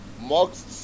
Mark's